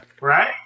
Right